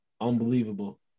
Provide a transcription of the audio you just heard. unbelievable